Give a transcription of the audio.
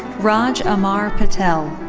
raj amar patel.